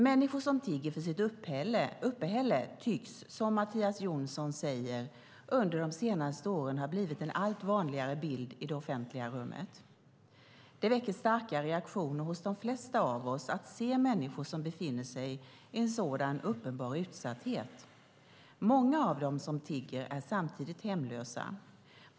Människor som tigger för sitt uppehälle tycks, som Mattias Jonsson säger, under de senaste åren ha blivit en allt vanligare bild i det offentliga rummet. Det väcker starka reaktioner hos de flesta av oss att se människor som befinner sig i en sådan uppenbar utsatthet. Många av dem som tigger är samtidigt hemlösa.